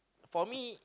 for me